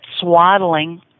swaddling